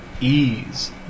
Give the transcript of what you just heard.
ease